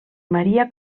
maria